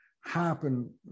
happen